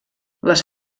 les